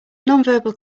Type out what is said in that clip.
nonverbal